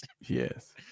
Yes